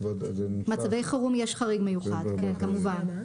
מצבי חירום, יש חריג מיוחד כמובן.